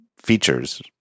features